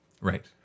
Right